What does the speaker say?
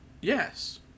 yes